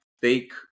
take